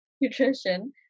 nutrition